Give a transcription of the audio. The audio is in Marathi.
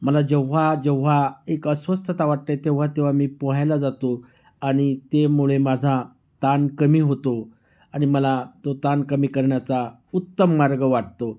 मला जेव्हा जेव्हा एक अस्वस्थता वाटते तेव्हा तेव्हा मी पोहायला जातो आणि तेमुळे माझा ताण कमी होतो आणि मला तो ताण कमी करण्याचा उत्तम मार्ग वाटतो